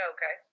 Okay